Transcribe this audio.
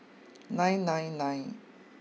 nine nine nine